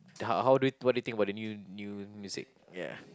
how how do you what did you think about new new music ya